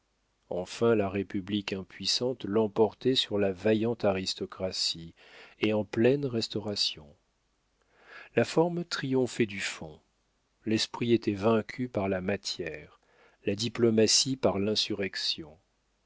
enfin la république impuissante l'emportait sur la vaillante aristocratie et en pleine restauration la forme triomphait du fond l'esprit était vaincu par la matière la diplomatie par l'insurrection